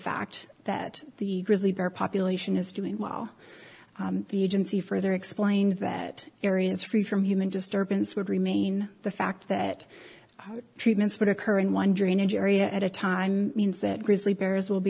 fact that the grizzly bear population is doing well the agency further explained that areas free from human disturbance would remain the fact that treatments but occur in one drainage area at a time means that grizzly bears will be